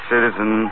citizen